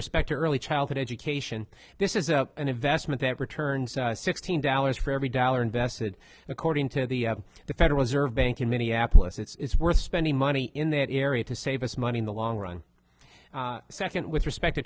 respect to early childhood education this is a an investment that returns sixteen dollars for every dollar invested according to the the federal reserve bank in minneapolis it's worth spending money in that area to save us money in the long run second with respect t